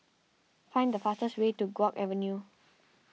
find the fastest way to Guok Avenue